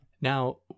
Now